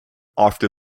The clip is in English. after